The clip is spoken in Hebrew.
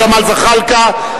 ג'מאל זחאלקה,